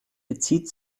bezieht